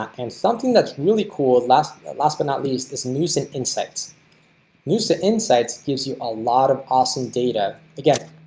and something that's really cool last last but not least this mutant insects use the insights gives you a lot of awesome data again,